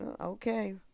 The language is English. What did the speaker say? Okay